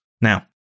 Now